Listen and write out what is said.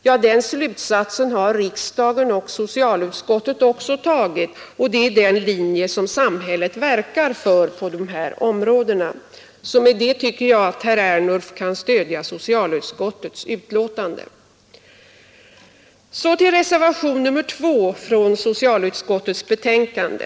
Ja, den slutsatsen har riksdagen och socialutskottet också kommit till, och det är den linje som samhället verkar för på de här områdena. Så med det tycker jag att herr Ernulf kan stödja socialutskottets betänkande. Så till reservation 2 vid socialutskottets betänkande.